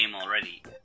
already